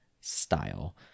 style